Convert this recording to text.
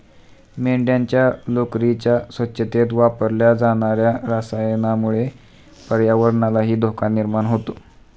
मेंढ्यांच्या लोकरीच्या स्वच्छतेत वापरल्या जाणार्या रसायनामुळे पर्यावरणालाही धोका निर्माण होतो